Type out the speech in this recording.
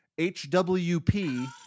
HWP